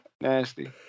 nasty